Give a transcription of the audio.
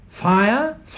Fire